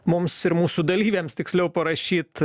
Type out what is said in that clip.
mums ir mūsų dalyviams tiksliau parašyt